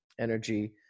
energy